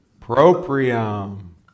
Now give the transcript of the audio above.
proprium